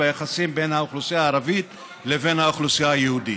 ביחסים בין האוכלוסייה הערבית לבין האוכלוסייה היהודית.